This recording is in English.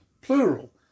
Plural